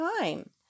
time